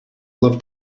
love